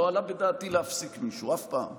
לא עלה בדעתי להפסיק מישהו אף פעם.